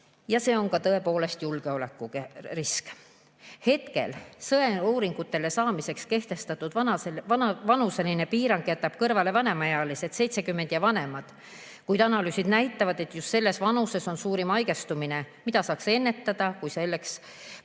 Ja see on tõepoolest ka julgeolekurisk. Sõeluuringutele saamiseks kehtestatud vanuseline piirang jätab kõrvale vanemaealised, 70 ja vanemad. Kuid analüüsid näitavad, et just selles vanuses on suurim haigestumine, mida saaks ennetada, kui sellele